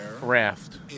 raft